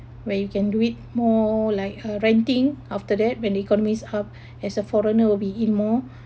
where you can do it more like uh renting after that when the economy is up as a foreigner will be in more